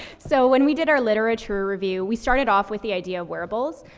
so when we did our literature review, we started off with the idea of wearables,